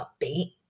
upbeat